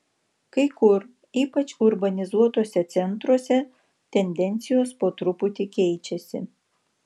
kai kur ypač urbanizuotuose centruose tendencijos po truputį keičiasi